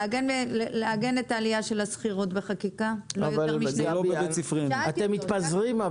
לעגן את השכירות בחקיקה --- אתם מתפזרים.